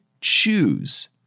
choose